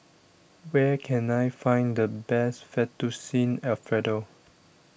where can I find the best Fettuccine Alfredo